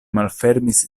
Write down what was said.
malfermis